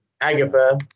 Agatha